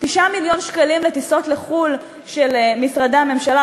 9 מיליון שקלים לטיסות לחו"ל של משרדי הממשלה,